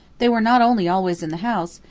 they were not only always in the house,